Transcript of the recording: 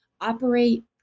operate